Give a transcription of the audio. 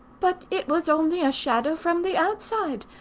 but it was only a shadow from the outside,